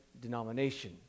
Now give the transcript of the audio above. denomination